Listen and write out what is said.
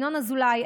ינון אזולאי,